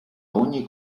ogni